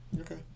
Okay